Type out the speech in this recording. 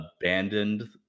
abandoned